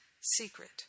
secret